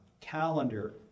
calendar